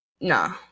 Nah